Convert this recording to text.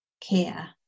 care